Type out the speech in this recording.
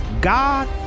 God